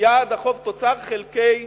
יעד החוב תוצר חלקי